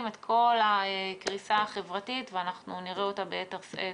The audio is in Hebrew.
את כל הקריסה החברתית ונראה אותה ביתר שאת